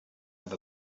have